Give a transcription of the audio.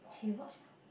she watch ah